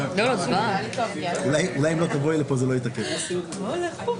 מילא אתם צריכים לסיים את הפעילות של הסוכן אבל באזרחי?